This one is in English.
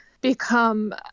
become